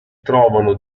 trovano